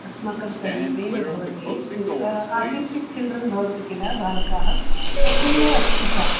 अस्माकं समीपे एव भवति आटिस्टिक् चिल्ड्रन् भवन्ति किल बालकाः तथैव अस्ति सा